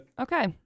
Okay